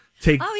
take